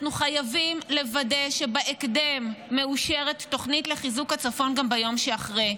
אנחנו חייבים לוודא שבהקדם מאושרת תוכנית לחיזוק הצפון גם ביום שאחרי,